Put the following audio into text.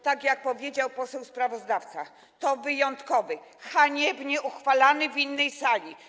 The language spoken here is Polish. Tak jak powiedział poseł sprawozdawca, to budżet wyjątkowy, haniebnie uchwalany w innej sali.